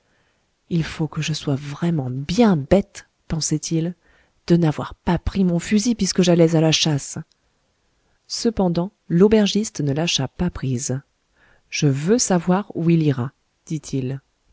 il faut que je sois vraiment bien bête pensait-il de n'avoir pas pris mon fusil puisque j'allais à la chasse cependant l'aubergiste ne lâcha pas prise je veux savoir où il ira dit-il